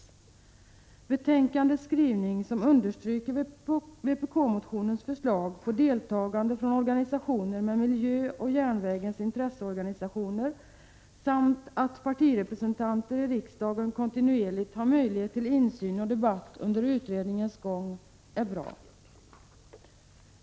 Skrivningen i trafikutskottets betänkande, där majoriteten understryker förslaget i vpk-motionen om deltagande från miljöorganisationer och 65 järnvägens intresseorganisationer samt att partirepresentanter i riksdagen kontinuerligt skall ha möjlighet till insyn och debatt under utredningens gång, är bra.